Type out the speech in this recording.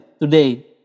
today